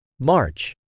March